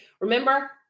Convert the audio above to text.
remember